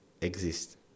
exist